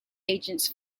agents